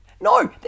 no –